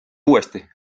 uuesti